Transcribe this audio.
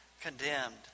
condemned